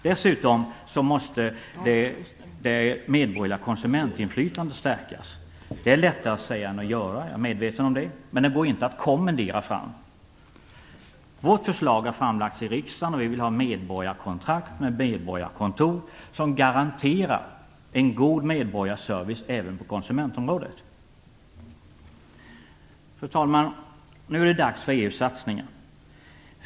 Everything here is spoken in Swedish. Dessutom måste det medborgerliga konsumentinflytandet stärkas. Det är lättare att säga än att göra. Jag är medveten om det. Men det går inte att kommendera fram. Vårt förslag har framlagts i riksdagen, och vi vill ha medborgarkontrakt med medborgarkontor som garanterar en god medborgarservice även på konsumentområdet. Fru talman! Nu är det dags för EU-satsningar.